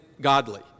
godly